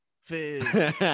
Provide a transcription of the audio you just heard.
fizz